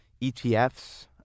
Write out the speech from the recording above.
ETFs